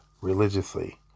religiously